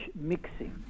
mixing